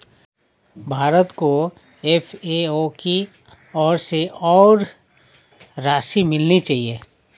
भारत को एफ.ए.ओ की ओर से और राशि मिलनी चाहिए